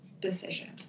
decision